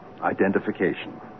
Identification